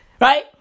Right